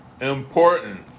IMPORTANT